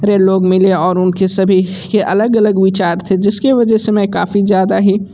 रे लोग मिले और उनके सभी के अलग अलग विचार थे जिसकी वजह से मैं काफ़ी ज़्यादा ही